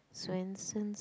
Swensen's